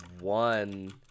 one